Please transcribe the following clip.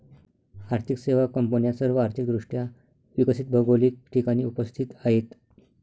आर्थिक सेवा कंपन्या सर्व आर्थिक दृष्ट्या विकसित भौगोलिक ठिकाणी उपस्थित आहेत